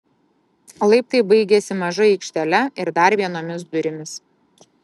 laiptai baigiasi maža aikštele ir dar vienomis durimis